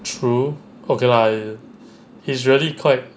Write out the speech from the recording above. true okay lah it's it's really quite